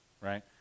right